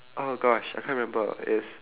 oh gosh I can't remember it's